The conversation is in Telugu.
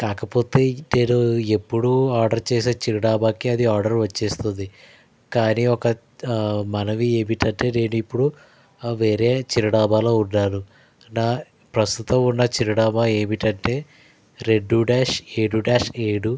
కాకపోతే నేను ఎప్పుడు ఆర్డర్ చేసే చిరునామకి అది ఆర్డర్ వచ్చేస్తోంది కానీ ఒక మనవి ఏమిటంటే నేను ఇప్పుడు వేరే చిరునామలో ఉన్నాను నా ప్రస్తుతం ఉన్న చిరునామా ఏమిటి అంటే రెండు డాష్ ఏడు డాష్ ఏడు